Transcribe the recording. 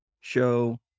show